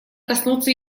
коснуться